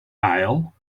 aisle